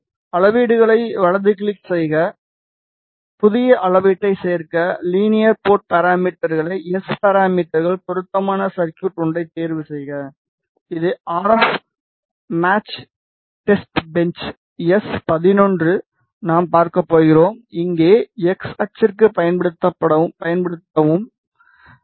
அளவீடுகளை வலது கிளிக் செய்ய புதிய அளவீட்டைச் சேர்க்க லீனியர் போர்ட் பாராமீட்டர்கள் எஸ் பாராமீட்டர்கள் பொருத்தமான சர்குய்ட் ஒன்றைத் தேர்வுசெய்க இது R F match testbench S 11 நாம் பார்க்கப் போகிறோம் இங்கே எக்ஸ் அச்சுக்குப் பயன்படுத்தவும் சரி